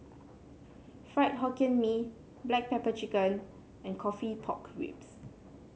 Fried Hokkien Mee Black Pepper Chicken and coffee Pork Ribs